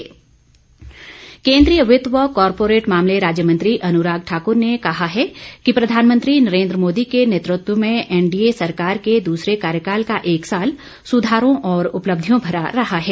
अनुराग ठाकुर केंद्रीय वित्त व कॉरपोरेट मामले राज्य मंत्री अनुराग ठाक्र ने कहा है कि प्रधानमंत्री नरेन्द्र मोदी के नेतृत्व में एनडीए सरकार के दूसरे कार्यकाल का एक साल सुधारों और उपलब्धियों भरा रहा है